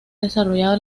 desarrollado